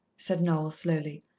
said noel slowly.